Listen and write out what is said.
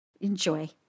enjoy